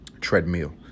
Treadmill